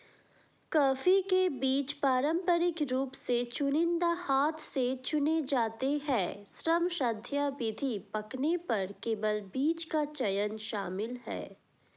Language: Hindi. कॉफ़ी के बीज पारंपरिक रूप से चुनिंदा हाथ से चुने जाते हैं, श्रमसाध्य विधि, पकने पर केवल बीज का चयन शामिल है